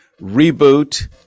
Reboot